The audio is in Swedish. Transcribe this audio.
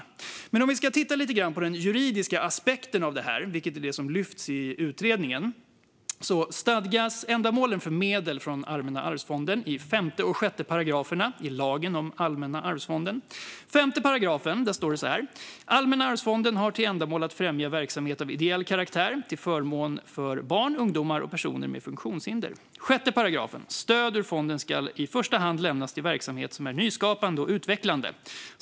Om vi ändå ska titta lite på den juridiska aspekten av detta, vilken ju tas upp i utredningen, stadgas ändamålet för medel från Allmänna arvsfonden i 5 och 6 § lagen om Allmänna arvsfonden: "5 § Allmänna arvsfonden har till ändamål att främja verksamhet av ideell karaktär till förmån för barn, ungdomar och personer med funktionshinder. 6 § Stöd ur fonden skall i första hand lämnas till verksamhet som är nyskapande och utvecklande.